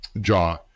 jaw